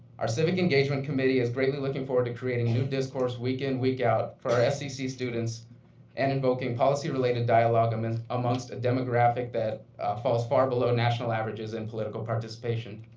our civic engagement committee is greatly looking forward to creating new discourse week in week out for our scc students and invoking policy-related dialog um amongst a demographic that falls far below national averages in political participation.